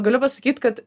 galiu pasakyt kad